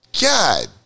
God